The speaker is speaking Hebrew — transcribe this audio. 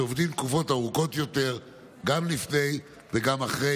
שעובדים תקופות ארוכות יותר גם לפני וגם אחרי,